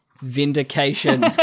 Vindication